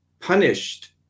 punished